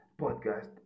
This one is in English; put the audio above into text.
podcast